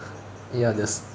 ya this